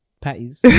patties